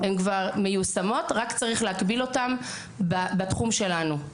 הם כבר מיושמים, רק צריך להקביל אותם לתחום שלנו.